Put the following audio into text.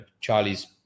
Charlie's